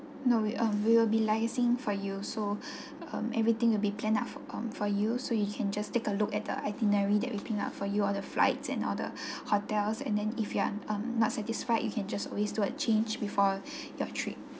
no we um we will be liaising for you so um everything will be planned out for um for you so you can just take a look at the itinerary that we planned up for you all the flights and all the hotels and then if you are um not satisfied you can just always do a change before your trip